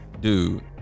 Dude